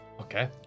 Okay